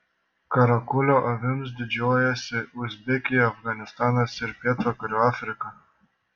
karakulio avimis didžiuojasi uzbekija afganistanas ir pietvakarių afrika